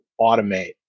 automate